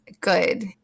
good